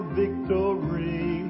victory